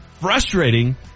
frustrating